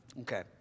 Okay